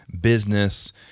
business